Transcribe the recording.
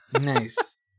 Nice